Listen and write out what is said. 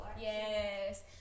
Yes